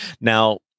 Now